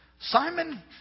Simon